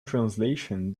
translation